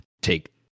take